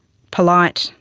polite,